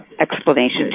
explanation